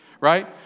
Right